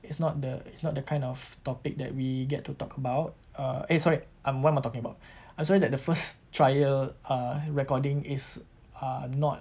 it's not the it's not the kind of topic that we get to talk about err eh sorry um what am I talking about I'm sorry that the first trial err recording is uh not